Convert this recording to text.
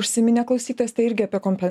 užsiminė klausytojas tai irgi apie kompen